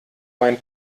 mein